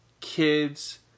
kids